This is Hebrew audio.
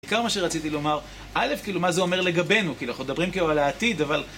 בעיקר מה שרציתי לומר, א' כאילו מה זה אומר לגבינו, כאילו, אנחנו מדברים כאילו על העתיד, אבל...